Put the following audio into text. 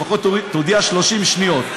לפחות תודיע 30 שניות.